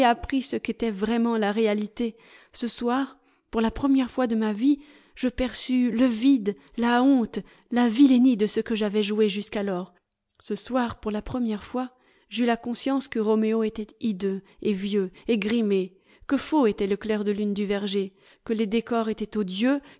ce qu'était vraiment la réalité ce soir pour la première fois de ma vie je perçus le vide la honte la vilenie de ce que j'avais joué jusqu'alors ce soir pour la première fois j'eus la conscience que roméo était hideux et vieux et grimé que faux était le clair de lune du verger que les décors étaient odieux